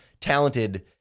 talented